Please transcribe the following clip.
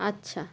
আচ্ছা